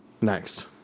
next